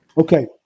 Okay